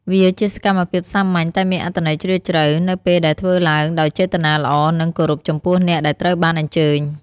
វាជាសកម្មភាពសាមញ្ញ តែមានអត្ថន័យជ្រាលជ្រៅ នៅពេលដែលធ្វើឡើងដោយចេតនាល្អ និងគោរពចំពោះអ្នកដែលត្រូវបានអញ្ជើញ។